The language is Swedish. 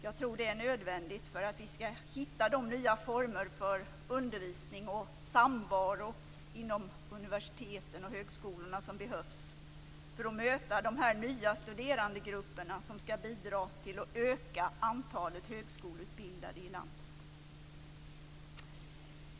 Jag tror att det är nödvändigt för att vi skall hitta de nya former för undervisning och samvaro inom universiteten och högskolorna som behövs för att möta de nya studerandegrupperna, som skall bidra till att öka antalet högskoleutbildade i landet.